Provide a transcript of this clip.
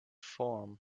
form